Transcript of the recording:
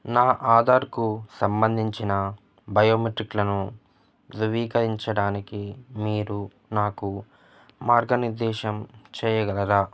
నా ఆధార్కు సంబంధించిన బయోమెట్రిక్లను ధృవీకరించడానికి మీరు నాకు మార్గనిర్దేశం చేయగలరా